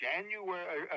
January